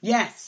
Yes